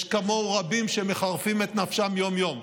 יש כמוהו רבים שמחרפים את נפשם יום-יום.